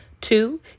Two